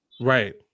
right